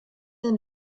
den